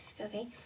Okay